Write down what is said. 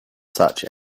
such